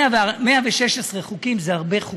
מאה ושש עשרה חוקים זה הרבה חוקים.